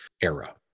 era